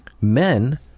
Men